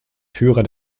führer